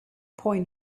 point